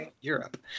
europe